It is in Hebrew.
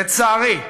לצערי,